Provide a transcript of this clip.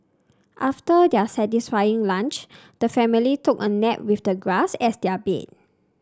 after their satisfying lunch the family took a nap with the grass as their bed